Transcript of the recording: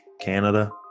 Canada